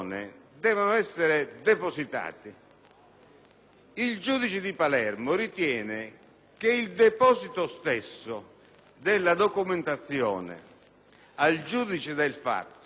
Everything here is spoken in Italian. il giudice di Palermo ritiene che il deposito stesso della documentazione al giudice del fatto costituisca utilizzazione,